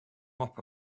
mop